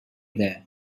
there